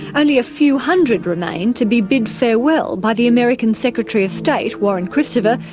only a few hundred remained to be bid farewell by the american secretary of state, warren christopher,